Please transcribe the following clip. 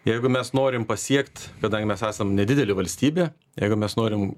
jeigu mes norim pasiekt kadangi mes esam nedidelė valstybė jeigu mes norim